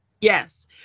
Yes